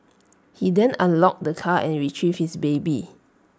he then unlocked the car and retrieved his baby